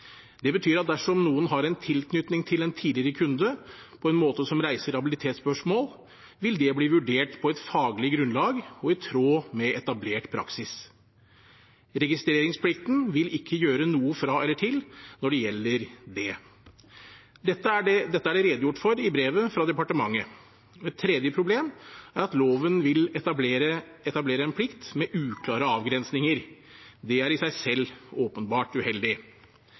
Det betyr at dersom noen har en tilknytning til en tidligere kunde på en måte som reiser habilitetsspørsmål, vil det bli vurdert på et faglig grunnlag og i tråd med etablert praksis. Registreringsplikten vil ikke gjøre noe fra eller til når det gjelder det. Dette er det redegjort for i brevet fra departementet. Et tredje problem er at loven vil etablere en plikt med uklare avgrensninger. Det er i seg selv åpenbart uheldig.